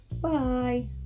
bye